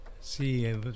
see